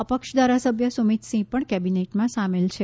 અપક્ષ ધારાસભ્ય સુમિત સિંહ પણ કેબિનેટમાં શામેલ છે